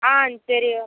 ஆ சரி வரேன்